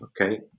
Okay